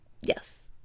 Yes